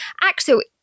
Axel